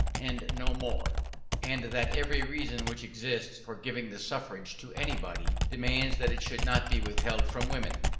and no more and that every reason which exists for giving the suffrage to anybody, demands that it should not be withheld from women.